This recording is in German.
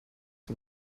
dem